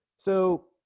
so